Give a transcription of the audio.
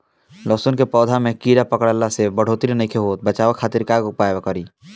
लहसुन के पौधा में कीड़ा पकड़ला से बढ़ोतरी नईखे होत बचाव खातिर का उपाय करी?